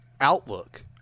outlook